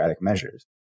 measures